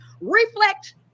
reflect